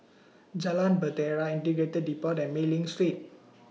Jalan Bahtera Integrated Depot and Mei Ling Street